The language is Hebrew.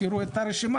תראו את העמוד,